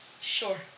Sure